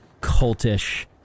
cultish